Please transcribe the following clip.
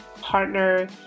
partner